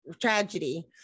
tragedy